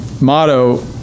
motto